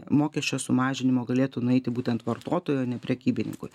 mokesčio sumažinimo galėtų nueiti būtent vartotojui o ne prekybininkui